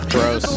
Gross